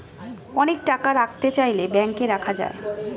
অনেক টাকা রাখতে চাইলে ব্যাংকে রাখা যায়